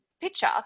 picture